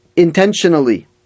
intentionally